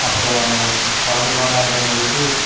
அப்புறம் வாலிபால் ஆடுறவங்களுக்கு